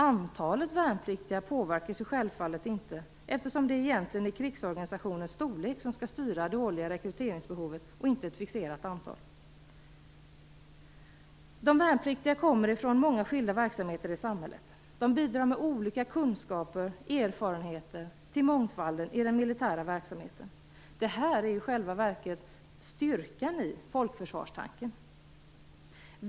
Antalet värnpliktiga påverkas självfallet inte, eftersom det är krigsorganisationens storlek som skall styra det årliga rekryteringsbehovet och inte ett fixerat antal. De värnpliktiga kommer från många skilda verksamheter i samhället. De bidrar med sina olika kunskaper och erfarenheter till mångfalden i den militära verksamheten. Det är i själva verket styrkan i folkförsvarstanken.